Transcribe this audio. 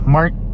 Mark